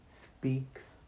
speaks